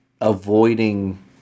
avoiding